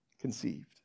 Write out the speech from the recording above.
conceived